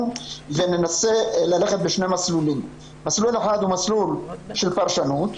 וננסה ללכת בשני מסלולים: מסלול אחד הוא מסלול של פרשנות,